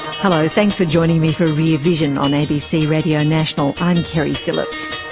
hello, thanks for joining me for rear vision on abc radio national. i'm keri phillips.